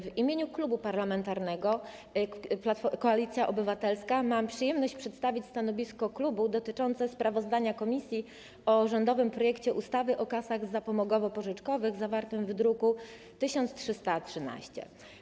W imieniu Klubu Parlamentarnego Koalicja Obywatelska mam przyjemność przedstawić stanowisko klubu dotyczące sprawozdania komisji o rządowym projekcie ustawy o kasach zapomogowo-pożyczkowych, druk nr 1313.